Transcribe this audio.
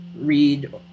read